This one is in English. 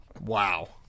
Wow